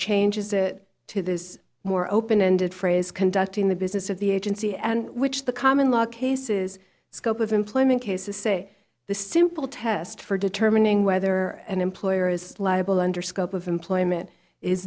changes it to this more open ended phrase conducting the business of the agency and which the common law cases scope of employment cases say the simple test for determining whether an employer is liable under scope of employment is